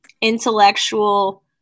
intellectual